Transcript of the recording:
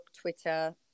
Twitter